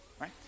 right